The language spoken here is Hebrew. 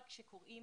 כאשר קורים